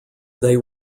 they